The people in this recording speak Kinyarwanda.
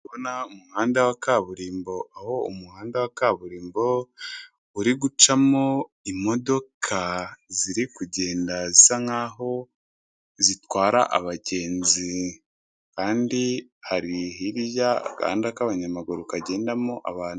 Ndabona umuhanda wa kaburimbo, aho umuhanda wa kaburimbo uri gucamo imodoka, ziri kugenda zisa nk'aho zitwara abagenzi; kandi hari hirya agahanda k'abanyamaguru kagendamo abantu.